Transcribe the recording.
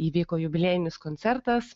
įvyko jubiliejinis koncertas